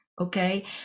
okay